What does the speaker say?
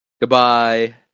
Goodbye